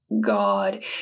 God